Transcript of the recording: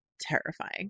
terrifying